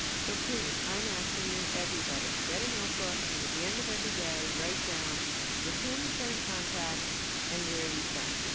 so please, i'm asking you, everybody, get a notebook and at the end of every day, write down with whom you've been in contact and where you've been.